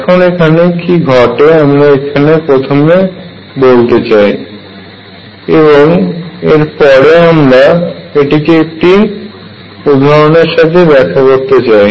এখন এখানে কি ঘটে আমরা এখানে প্রথমে বলতে চাই এবং এর পরে আমরা এটিকে একটি উদাহরণের সাহায্যে ব্যাখ্যা করতে চাই